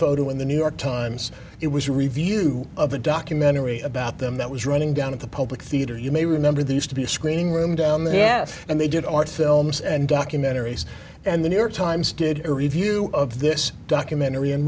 photo in the new york times it was a review of a documentary about them that was running down at the public theater you may remember they used to be a screening room down the yes and they didn't want films and documentaries and the new york times did a review of this documentary and